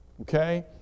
okay